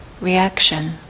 reaction